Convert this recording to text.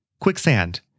Quicksand